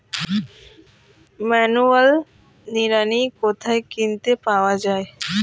Manual নিড়ানি কোথায় কিনতে পাওয়া যায়?